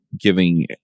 giving